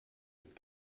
mit